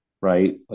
right